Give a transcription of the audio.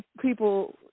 people